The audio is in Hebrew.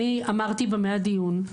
אני אמרתי במה הדיון,